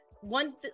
one